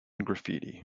graffiti